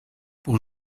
pour